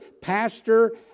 pastor